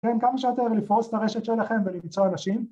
‫כן, כמה שיותר לפרוס את הרשת שלכם ‫ולמצוא אנשים.